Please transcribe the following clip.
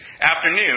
afternoon